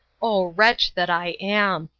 oh, wretch that i am!